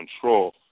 control